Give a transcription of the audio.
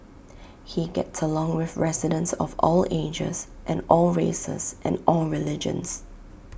he gets along with residents of all ages and all races and all religions